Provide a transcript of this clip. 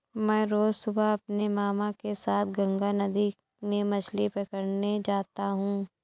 मैं रोज सुबह अपने मामा के साथ गंगा नदी में मछली पकड़ने जाता हूं